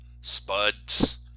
spuds